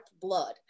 blood